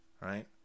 Right